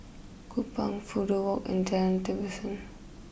Kupang Fudu walk and Jalan Tembusu